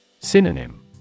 Synonym